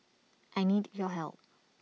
I need your help